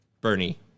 Bernie